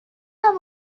have